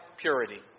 purity